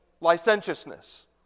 licentiousness